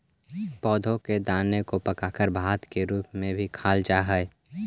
पौधों के दाने को पकाकर भात के रूप में भी खाईल जा हई